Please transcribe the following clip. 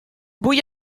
vull